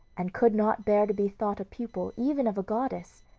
and could not bear to be thought a pupil even of a goddess.